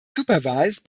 supervised